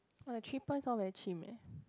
!wah! the three points all very chim eh